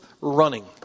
running